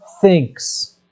thinks